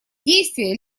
действия